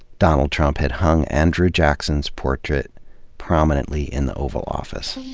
donald trump had hung andrew jackson's portrait prominently in the oval office.